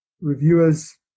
reviewers